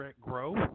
grow